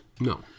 no